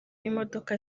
imodoka